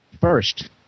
first